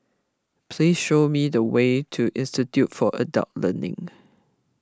please show me the way to Institute for Adult Learning